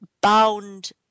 bound